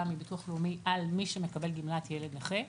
מביטוח לאומי על מי שמקבל גמלת ילד נכה.